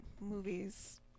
movie's